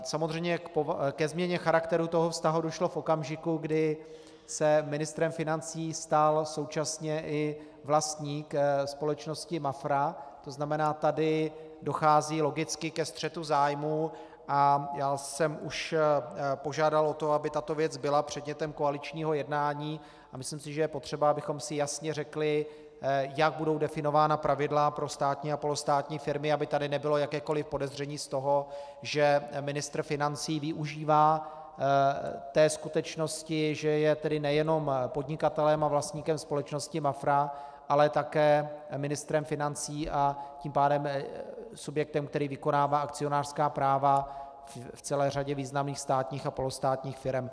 Samozřejmě ke změně charakteru toho vztahu došlo v okamžiku, kdy se ministrem financí stal současně i vlastník společnosti Mafra, to znamená, tady dochází logicky ke střetu zájmů a já jsem už požádal o to, aby tato věc byla předmětem koaličního jednání, a myslím si, že je potřeba, abychom si jasně řekli, jak budou definována pravidla pro státní a polostátní firmy, aby tady nebylo jakékoliv podezření z toho, že ministr financí využívá té skutečnosti, že je nejenom podnikatelem a vlastníkem společnosti Mafra, ale také ministrem financí, a tím pádem subjektem, který vykonává akcionářská práva v celé řadě významných státních a polostátních firem.